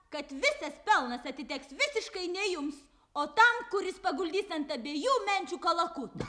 kad visas pelnas atiteks visiškai ne jums o tam kuris paguldys ant abiejų menčių kalakutą